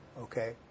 okay